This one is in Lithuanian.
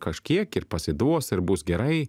kažkiek ir pasiduos ir bus gerai